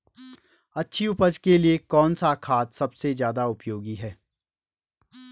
अच्छी उपज के लिए कौन सा खाद सबसे ज़्यादा उपयोगी है?